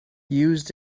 used